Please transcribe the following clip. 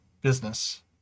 business